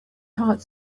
heart